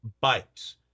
bikes